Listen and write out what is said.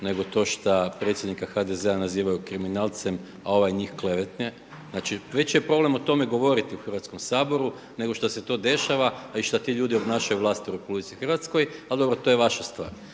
nego to šta predsjednika HDZ-a nazivaju kriminalcem, a ovaj njih …/Govornik se ne razumije./... Znači, veći je problem o tome govoriti u Hrvatskom saboru nego što se to dešava, a i šta ti ljudi obnašaju vlast u Republici Hrvatskoj. Ali dobro, to je vaša stvar.